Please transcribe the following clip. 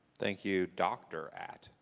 thank you, dr. at,